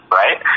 right